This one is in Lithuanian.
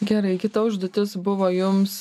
gerai kita užduotis buvo jums